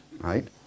right